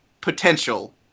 potential